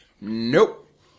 Nope